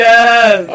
Yes